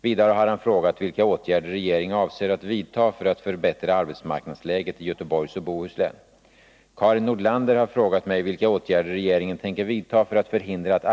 Vidare har han frågat vilka åtgärder regeringen avser att vidta för att förbättra arbetsmarknadsläget i Göteborgs och Bohus län.